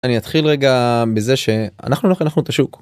אני אתחיל רגע בזה שאנחנו לא חינכנו את השוק.